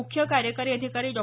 मुख्य कार्यकारी अधिकारी डॉ